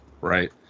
right